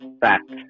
Fact